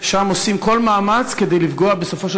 שם עושים כל מאמץ כדי לפגוע בסופו של